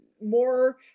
more